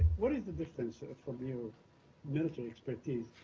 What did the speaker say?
what is the difference, and from your military expertise,